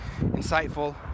insightful